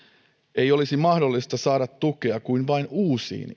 ei olisi mahdollista saada tukea kuin vain uusiin